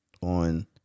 On